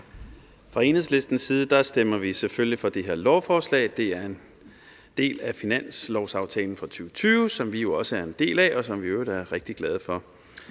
Fra Enhedslistens side stemmer vi selvfølgelig for det her lovforslag. Det er en del af finanslovsaftalen for 2020, som vi jo også er en del af, og som vi i øvrigt er rigtig glade for.